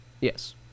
yes